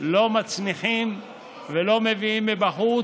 לא מצניחים ולא מביאים מבחוץ,